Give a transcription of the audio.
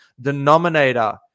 denominator